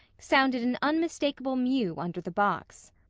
sounded an unmistakable mew under the box.